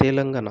Telangana